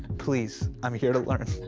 please, i'm here to learn.